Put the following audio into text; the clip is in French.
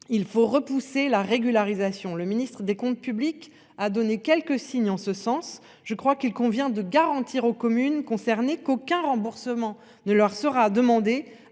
il faut repousser la régularisation. Le ministre des Comptes publics a donné quelques signes en ce sens, je crois qu'il convient de garantir aux communes concernées qu'aucun remboursement ne leur sera demandé